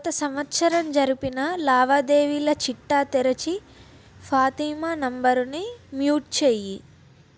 గత సంవత్సరం జరిపిన లావాదేవీల చిట్టా తెరచి ఫాతిమా నంబరుని మ్యూట్ చేయి